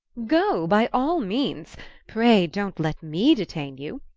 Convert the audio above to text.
go by all means pray don't let me detain you!